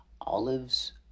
Olives